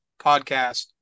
Podcast